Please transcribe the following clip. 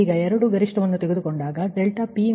ಈಗ 2 ಗರಿಷ್ಠವನ್ನು ನೀವು ತೆಗೆದುಕೊಳ್ಳಿ